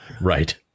Right